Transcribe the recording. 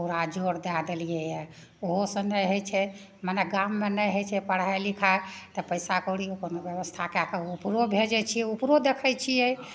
पूरा जोर दए देलियैया ओहो सऽ नहि होइ छै मने गाममे नहि होइ छै पढ़ाइ लिखाइ तऽ पैसा कौड़ी अपन व्यवस्था कए कऽ उपरो भेजै छियै उपरो देखै छियै